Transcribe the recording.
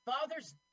father's